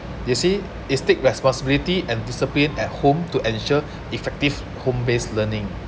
you see it's take responsibility and discipline at home to ensure effective home-based learning